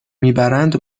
میبرند